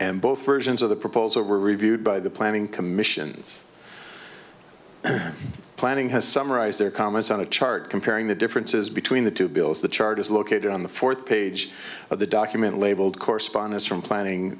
and both versions of the proposal were reviewed by the planning commission planning has summarized their comments on a chart comparing the differences between the two bills the chart is located on the fourth page of the document labeled correspondence from planning